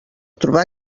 trobar